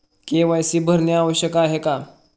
KYC भरणे आवश्यक आहे का?